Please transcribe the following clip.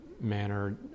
manner